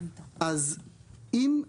אז אם,